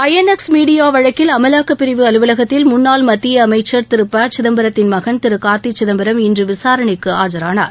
ஐ N X media வழக்கில் அமலாக்கப்பிரிவு அலுவலகத்தில் முன்னாள் மத்திய அமைச்சர் திரு ப சிதம்பரத்தின் மகன் திரு கார்த்தி சிதம்பரம் இன்று விசாரணைக்கு ஆஐரானார்